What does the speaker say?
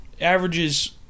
averages